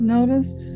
Notice